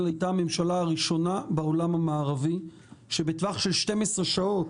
הייתה הממשלה הראשונה בעולם המערבי שבטווח של 12 שעות,